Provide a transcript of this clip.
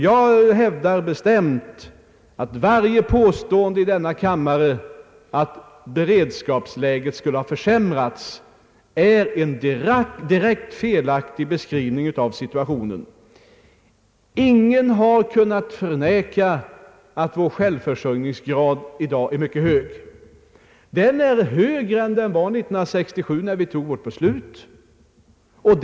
Jag hävdar bestämt att varje påstående i denna kammare att beredskapsläget skulle ha försämrats är en direkt felaktig beskrivning av situationen. Ingen kan förneka att vår självförsörjningsgrad i dag är mycket hög. Den är högre än den var år 1967 när jordbruksbeslutet fattades.